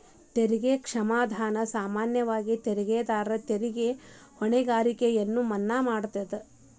ತೆರಿಗೆ ಕ್ಷಮಾದಾನ ಸಾಮಾನ್ಯವಾಗಿ ತೆರಿಗೆದಾರರ ತೆರಿಗೆ ಹೊಣೆಗಾರಿಕೆಯನ್ನ ಮನ್ನಾ ಮಾಡತದ